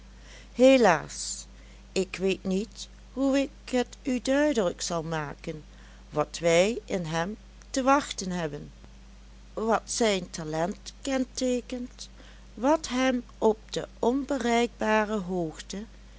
helaas ik weet niet hoe ik het u duidelijk zal maken wat wij in hem te wachten hebben wat zijn talent kenteekent wat hem op de onbereikbare hoogte